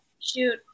shoot